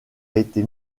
été